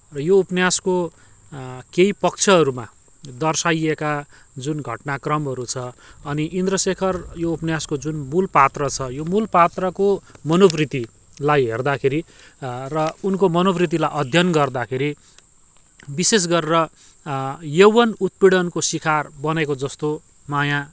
र यो उपन्यासको केही पक्षहरूमा दर्साइएका जुन घटनाक्रमहरू छ अनि इन्द्रशेखर यो उपन्यासको जुन मूल पात्र छ यो मूल पात्रको मनोवृत्तिलाई हेर्दाखेरि र उनको मनोवृत्तिलाई अध्ययन गर्दाखेरि विशेष गरेर यौवन उत्पीडनको सिकार बनेको जस्तो माया